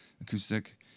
acoustic